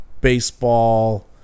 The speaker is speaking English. baseball